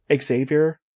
Xavier